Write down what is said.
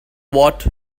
what